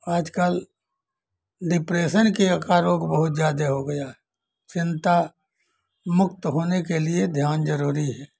आजकल डिप्रेशन के का रोग बहुत ज़्यादा हो गया है चिंतामुक्त होने के लिए ध्यान ज़रूरी है